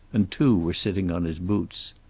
and two were sitting on his boots.